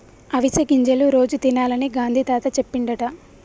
అవిసె గింజలు రోజు తినాలని గాంధీ తాత చెప్పిండట